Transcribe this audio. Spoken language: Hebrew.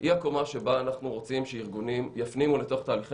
היא הקומה שבה אנחנו רוצים שארגונים יפנימו לתוך תהליכי